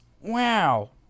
wow